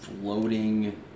floating